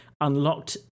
unlocked